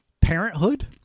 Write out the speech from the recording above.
Parenthood